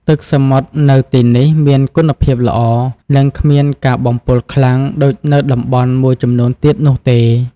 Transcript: ទឹកសមុទ្រនៅទីនេះមានគុណភាពល្អ និងគ្មានការបំពុលខ្លាំងដូចនៅតំបន់មួយចំនួនទៀតនោះទេ។